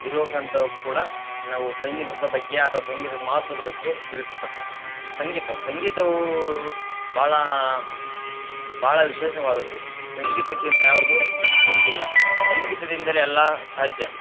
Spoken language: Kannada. ಇರುವಕಂತವು ಕೂಡ ನಾವು ಸಂಗೀತದ ಬಗ್ಗೆ ಅಥವಾ ಸಂಗೀತದ ಮಹತ್ವದ ಬಗ್ಗೆ ತಿಳಿಸತಕ್ಕದ್ದು ಸಂಗೀತ ಸಂಗೀತವೂ ಭಾಳ ಭಾಳ ವಿಶೇಷವಾದದ್ದು ಸಂಗೀತಕ್ಕಿಂತ ಯಾವುದು ಮುಂದಿಲ್ಲ ಸಂಗೀತದಿಂದಲೇ ಎಲ್ಲ ಸಾಧ್ಯ